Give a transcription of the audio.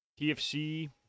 TFC